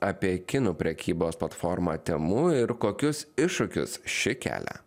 apie kinų prekybos platformą temu ir kokius iššūkius ši kelia